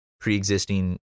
pre-existing